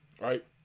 right